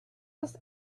was